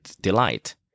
delight